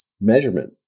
measurement